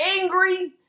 angry